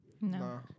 No